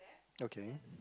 okay